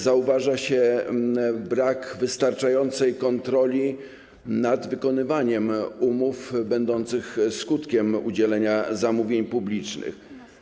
Zauważa się brak wystarczającej kontroli nad wykonywaniem umów będących skutkiem udzielania zamówień publicznych.